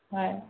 হয়